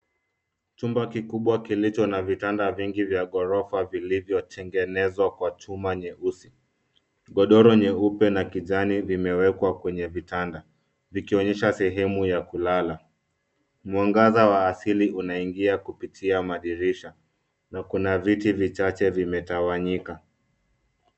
Chumba kikubwa kilicho na vitanda vingi vya ghorofa vilivyotegenezwa kwa chuma nyeusi. Godoro nyeupe na kijani vimewekwa kwenye vitanda, vikionyesha sehemu ya kulala. Mwangaza wa asili unaingia kupitia madirisha na kuna viti vichache vimetawanyika.